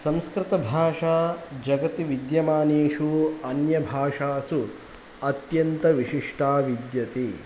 संस्कृतभाषा जगति विद्यमानेषु अन्यभाषासु अत्यन्तविशिष्टा विद्यते